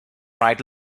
right